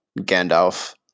Gandalf